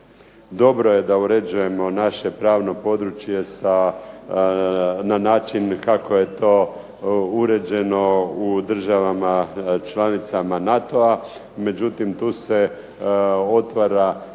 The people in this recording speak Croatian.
Dobro je da uređujemo naše pravno područje na način kako je to uređeno u državama članicama NATO-a. Međutim, tu se otvara